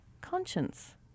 conscience